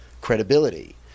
credibility